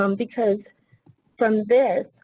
um because from this,